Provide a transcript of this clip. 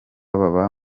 baba